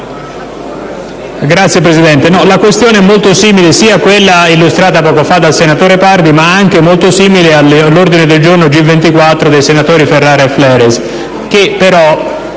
Signor Presidente, la questione è molto simile sia a quella illustrata poco fa dal senatore Pardi, sia a quella contenuta nell'ordine del giorno G24 dei senatori Ferrara e Fleres,